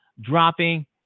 dropping